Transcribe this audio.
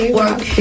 work